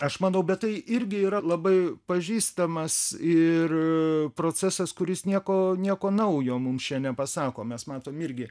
aš manau bet tai irgi yra labai pažįstamas ir procesas kuris nieko nieko naujo mums čia nepasako mes matom irgi